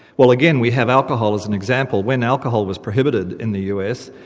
well again we have alcohol as an example. when alcohol was prohibited in the us,